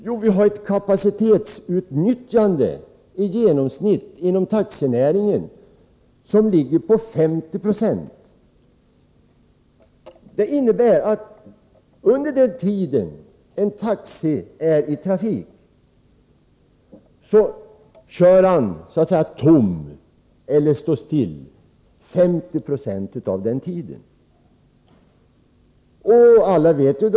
Jo, det genomsnittliga kapacitetsutnyttjandet inom taxinäringen uppgår till 50 26. Det innebär att en taxi står stilla eller ”kör tom” under 50 26 av den tid då den är i trafik.